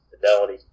Fidelity